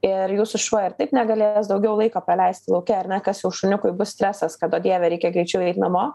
ir jūsų šuo ir taip negalės daugiau laiko praleisti lauke ar ne kas jau šuniukui bus stresas kad o dieve reikia greičiau eit namo